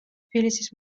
თბილისის